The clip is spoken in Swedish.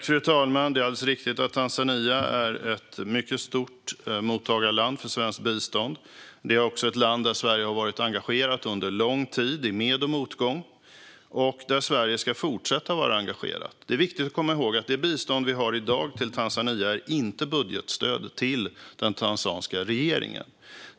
Fru talman! Det är alldeles riktigt att Tanzania är ett mycket stort mottagarland när det gäller svenskt bistånd. Det är också ett land där Sverige har varit engagerat under lång tid, i med och motgång, och också ska fortsätta vara engagerat. Det är viktigt att komma ihåg att det bistånd till Tanzania som vi ger i dag inte är budgetstöd till den tanzaniska regeringen.